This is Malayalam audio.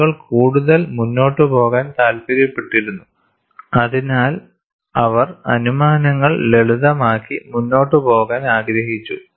ആളുകൾ കൂടുതൽ മുന്നോട്ട് പോകാൻ താൽപ്പര്യപ്പെട്ടിരുന്നു അതിനാൽ അവർ അനുമാനങ്ങൾ ലളിതമാക്കി മുന്നോട്ട് പോകാൻ ആഗ്രഹിച്ചു